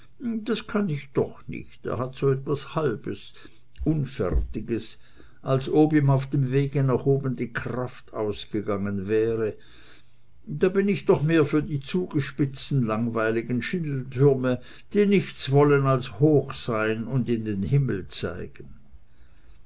das kann ich doch nicht er hat so etwas halbes unfertiges als ob ihm auf dem wege nach oben die kraft ausgegangen wäre da bin ich doch mehr für die zugespitzten langweiligen schindeltürme die nichts wollen als hoch sein und in den himmel zeigen